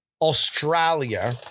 Australia